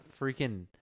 freaking